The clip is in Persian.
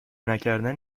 نکردن